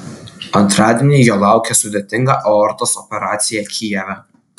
antradienį jo laukė sudėtinga aortos operacija kijeve